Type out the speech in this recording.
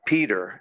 Peter